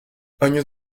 años